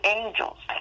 angels